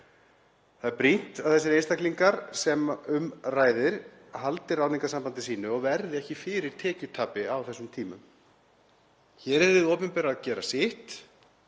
Það er brýnt að þessir einstaklingar sem um ræðir haldi ráðningarsambandi sínu og verði ekki fyrir tekjutapi á þessum tímum. Hér er hið opinbera að gera sitt